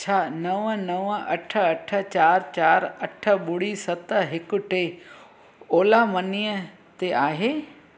छा नवं नवं अठ अठ चार चार अठ ॿुड़ी सत हिकु टे ओला मनीअ ते आहे